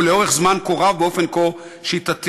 ולאורך זמן כה רב באופן כה שיטתי".